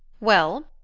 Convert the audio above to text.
well,